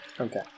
Okay